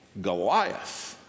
Goliath